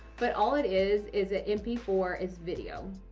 but all it is. is an m p four. it's video.